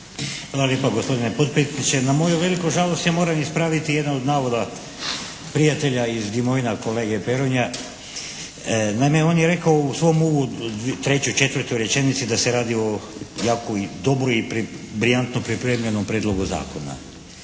Hvala lijepa gospodine potpredsjedniče. Na moj veliku žalost ja moram ispraviti jedan od navoda prijatelja iz … /Govornik se ne razumije./ … kolege Peronja. Naime on je rekao u svom uvodu, trećoj, četvrtoj rečenici da se radi o jako dobro i briljantno pripremljenom Prijedlogu zakona.